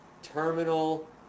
terminal